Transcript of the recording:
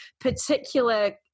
particular